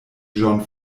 john